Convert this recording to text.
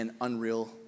unreal